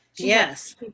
Yes